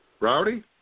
Rowdy